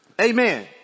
Amen